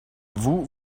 vous